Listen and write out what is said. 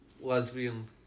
lesbian